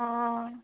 অঁ